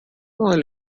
oil